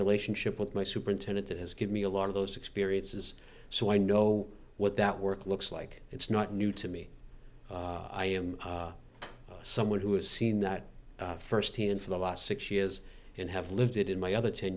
relationship with my superintendent that has give me a lot of those experiences so i know what that work looks like it's not new to me i am someone who has seen that first hand for the last six years and have lived it in my other ten